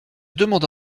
demanda